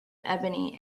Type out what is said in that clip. ebony